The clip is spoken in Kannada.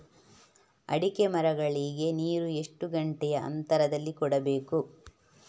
ಅಡಿಕೆ ಮರಗಳಿಗೆ ನೀರು ಎಷ್ಟು ಗಂಟೆಯ ಅಂತರದಲಿ ಕೊಡಬೇಕು?